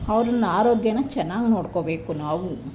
ಅವ್ರನ್ನ ಆರೋಗ್ಯನ ಚೆನ್ನಾಗಿ ನೋಡ್ಕೊಳ್ಬೇಕು ನಾವು